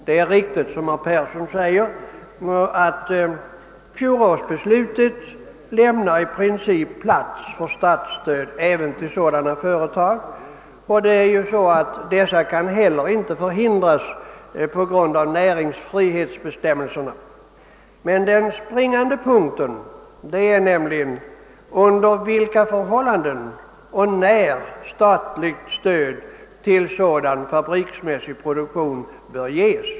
Det är riktigt som herr Persson i Skänninge säger att fjolårsbeslutet lämnar utrymme för statsstöd även till sådana företag, och dessa kan heller inte hindras på grund av näringsfrihetsbestämmelserna. Men den springande punkten är under vilka förhållanden och när statligt stöd till sådan fabriksmässig produktion bör ges.